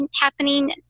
happening